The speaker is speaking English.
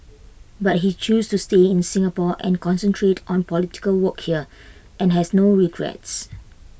but he chose to stay in Singapore and concentrate on political work here and has no regrets